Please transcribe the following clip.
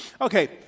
Okay